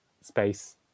space